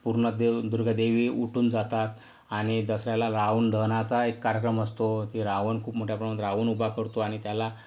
पूर्ण दुर्गा देवी उठून जातात आणि दसऱ्याला रावण दहनाचा एक कार्यक्रम असतो ते रावण खूप मोठ्या प्रमाणात रावण उभा करतो आणि त्याला